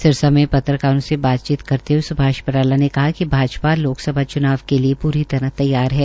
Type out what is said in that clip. सिरसा में पत्रकारों से बातचीत करते हुए सुभाष बराला ने कहा कि भाजपा लोकसभा च्नाव के लिए पूरी तरह तैयार है